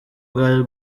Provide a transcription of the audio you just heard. bwa